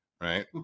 right